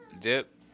dip